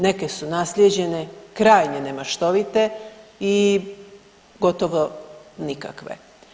Neke su naslijeđene krajnje nemaštovite i gotovo nikakve.